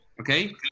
okay